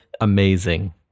amazing